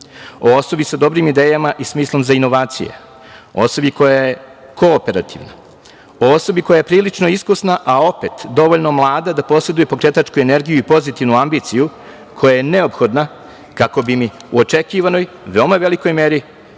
o osobi sa dobrim idejama i smislom za inovacije, o osobi koja je kooperativna, o osobi koja je prilično iskusna, a opet dovoljno mlada da poseduje pokretačku energiju i pozitivnu ambiciju koja je neophodna kako bi mi u očekivanoj, veoma velikoj meri